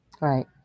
Right